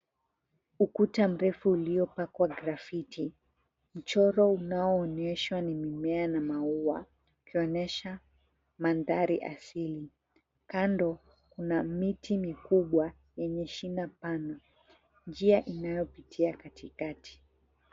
Ukuta mrefu uliopakwa graffiti . Mchoro unaoonyeshwa ni mimea na maua, ikionesha mandhari asili. Kando, kuna miti mikubwa yenye shina pana. Njia inayopitia katikati.